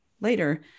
later